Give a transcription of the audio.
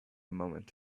moment